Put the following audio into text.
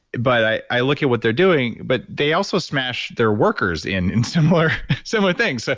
but i i look at what they're doing but they also smashed their workers in in similar similar things. so